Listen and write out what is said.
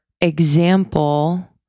example